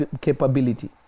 capability